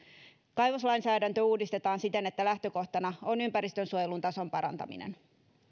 kaivoslainsäädäntö uudistetaan siten että lähtökohtana on ympäristönsuojelun tason parantaminen